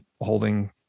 holding